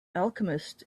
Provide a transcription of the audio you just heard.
alchemist